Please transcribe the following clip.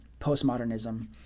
postmodernism